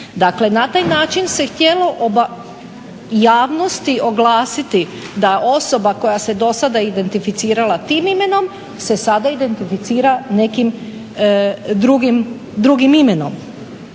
dakle na taj način se htjelo javnosti oglasiti da je osoba koja se do sada identificirala tim imenom se sada identificira nekim drugim imenom.